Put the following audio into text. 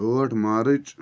ٲٹھ مارٕچ